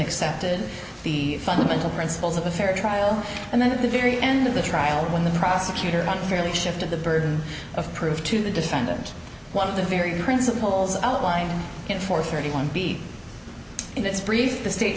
accepted the fundamental principles of the fair trial and then at the very end of the trial when the prosecutor not clearly shifted the burden of proof to the defendant one of the very principles outlined in for thirty one b in this brief the state